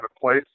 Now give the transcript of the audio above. place